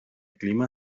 clima